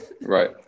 Right